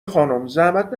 خانومزحمت